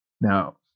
Now